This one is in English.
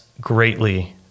greatly